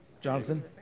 Jonathan